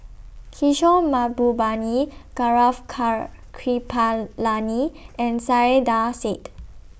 Kishore Mahbubani Gaurav Car Kripalani and Saiedah Said